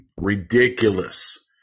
ridiculous